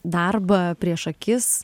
darbą prieš akis